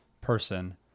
person